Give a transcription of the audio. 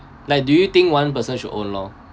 like do you think one person should own lor